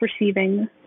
receiving